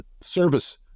service